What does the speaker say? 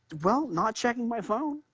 well, not checking my phone.